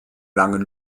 langen